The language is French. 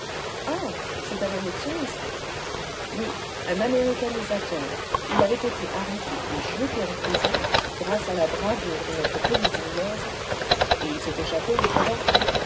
ah c'est un annexionniste oui un américanisateur il avait été arrêté et jeté en prison grâce à la bravoure de notre police anglaise et il s'est échappé le gredin